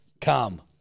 Come